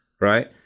right